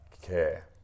care